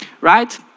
right